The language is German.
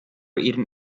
ihren